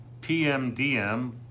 PMDM